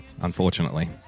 unfortunately